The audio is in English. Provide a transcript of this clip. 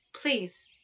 Please